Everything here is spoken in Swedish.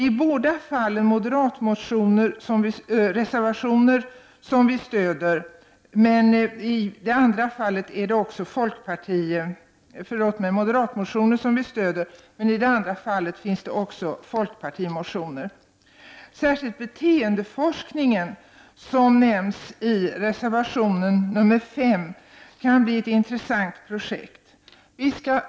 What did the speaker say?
I båda fallen stöder vi moderata motioner, men i det andra fallet finns det även motioner från folkpartiet. Särskilt beteendeforskningen som nämns i reservation 5 kan bli ett intressant projekt.